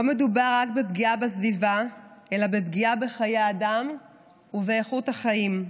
לא מדובר רק בפגיעה בסביבה אלא בפגיעה בחיי אדם ובאיכות החיים.